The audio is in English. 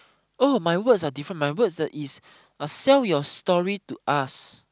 all my words are different my words are is sell your story to us